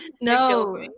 No